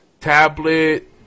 tablet